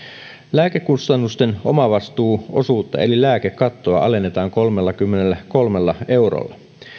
lääkekustannusten omavastuuosuutta eli lääkekattoa alennetaan kolmellakymmenelläkolmella eurolla